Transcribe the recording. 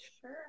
Sure